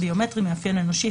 "ביומטרי" מאפיין אנושי,